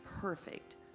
perfect